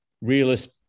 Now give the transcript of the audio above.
realist